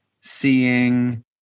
seeing